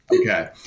Okay